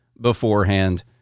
beforehand